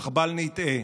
אך בל נטעה,